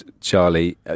Charlie